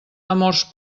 amors